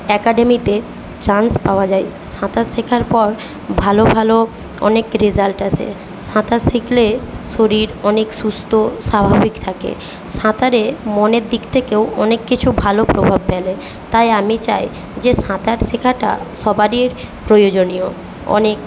অ্যাকাডেমিতে চান্স পাওয়া যায় সাঁতার শেখার পর ভালো ভালো অনেক রেজাল্ট আসে সাঁতার শিখলে শরীর অনেক সুস্থ স্বাভাবিক থাকে সাঁতারে মনের দিক থেকেও অনেক কিছু ভালো প্রভাব ফেলে তাই আমি চাই যে সাঁতার শেখাটা সবারিই প্রয়োজনীয় অনেক